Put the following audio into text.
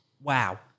wow